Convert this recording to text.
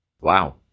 Wow